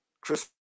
Chris